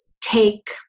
take